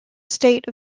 state